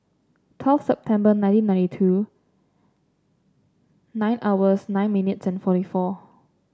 twelve September nineteen ninety two nine hours nine minutes and forty four